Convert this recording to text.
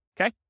Okay